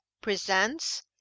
presents